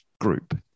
group